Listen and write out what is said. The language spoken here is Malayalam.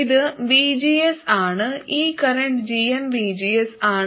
ഇത് vgs ആണ് ഈ കറന്റ് gmvgs ആണ്